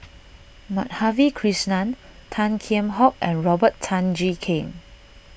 Madhavi Krishnan Tan Kheam Hock and Robert Tan Jee Keng